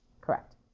Correct